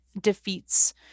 defeats